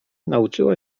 nauczyła